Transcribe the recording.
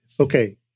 Okay